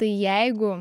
tai jeigu